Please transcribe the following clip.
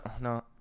no